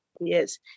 Yes